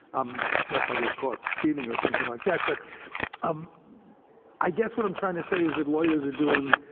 um unless i get caught speeding or something like that. but um i guess what i'm trying to say is that lawyers are doing,